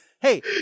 Hey